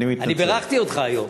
אני בירכתי אותך היום.